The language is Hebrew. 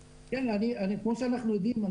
כמו שאנחנו יודעים,